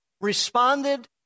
responded